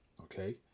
Okay